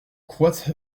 kroaz